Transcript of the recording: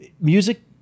music